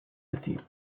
decir